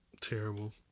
Terrible